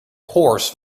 horse